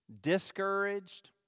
Discouraged